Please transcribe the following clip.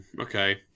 Okay